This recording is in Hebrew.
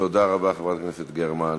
תודה רבה, חברת הכנסת גרמן.